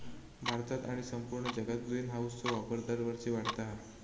भारतात आणि संपूर्ण जगात ग्रीनहाऊसचो वापर दरवर्षी वाढता हा